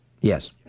Yes